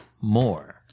more